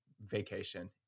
vacation